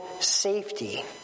safety